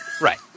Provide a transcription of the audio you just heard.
Right